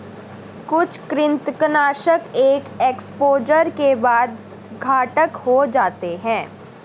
कुछ कृंतकनाशक एक एक्सपोजर के बाद घातक हो जाते है